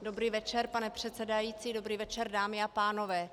Dobrý večer, pane předsedající, dobrý večer, dámy a pánové.